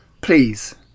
please